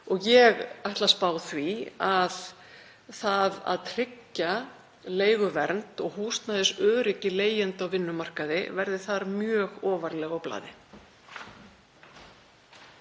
Ég ætla að spá því að það að tryggja leiguvernd og húsnæðisöryggi leigjenda á vinnumarkaði verði þar mjög ofarlega á blaði.